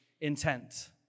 intent